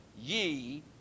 ye